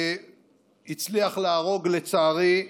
הצליח להרוג, לצערי,